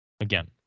Again